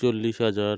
চল্লিশ হাজার